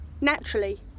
naturally